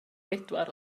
bedwar